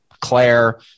Claire